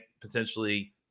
potentially